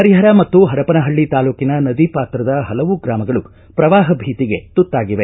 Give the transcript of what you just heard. ಹರಿಹರ ಮತ್ತು ಹರಪನಹಳ್ಳ ತಾಲ್ಲೂಕಿನ ನದಿ ಪಾತ್ರದ ಹಲವು ಗ್ರಾಮಗಳು ಪ್ರವಾಹ ಭೀತಿಗೆ ತುತ್ತಾಗಿವೆ